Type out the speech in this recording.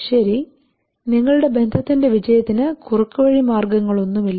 ശരി നിങ്ങളുടെ ബന്ധത്തിന്റെ വിജയത്തിന് കുറുക്കുവഴി മാർഗങ്ങളൊന്നുമില്ല